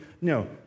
no